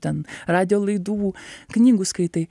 ten radijo laidų knygų skaitai